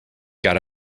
got